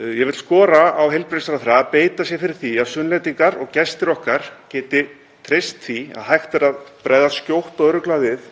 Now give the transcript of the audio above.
Ég vil skora á heilbrigðisráðherra að beita sér fyrir því að Sunnlendingar og gestir okkar geti treyst því að hægt verði að bregðast skjótt og örugglega við